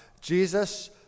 Jesus